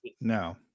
No